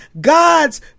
God's